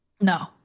No